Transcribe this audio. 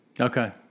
Okay